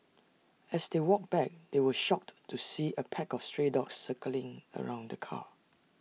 as they walked back they were shocked to see A pack of stray dogs circling around the car